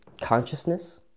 consciousness